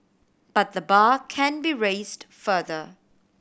but the bar can be raised further